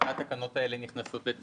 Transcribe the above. מתי התקנות האלה נכנסות לתוקף.